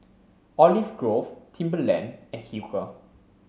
Olive Grove Timberland and Hilker